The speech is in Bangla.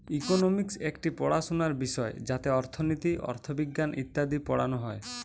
ইকোনমিক্স একটি পড়াশোনার বিষয় যাতে অর্থনীতি, অথবিজ্ঞান ইত্যাদি পড়ানো হয়